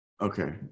Okay